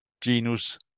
genus